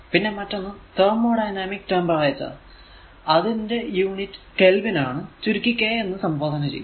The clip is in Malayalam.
പിന്നെ മറ്റൊന്നു തെർമോഡൈനാമിക് ടെമ്പറേച്ചർ അതിന്റെ യൂണിറ്റ് കെൽവിൻ ചുരുക്കി K എന്ന് സംബോധന ചെയ്യും